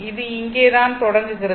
இது இங்கே தான் தொடங்குகிறது